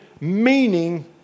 meaning